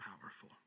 powerful